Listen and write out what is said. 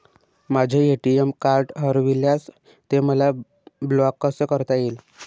माझे ATM card हरविल्यास ते मला ब्लॉक कसे करता येईल?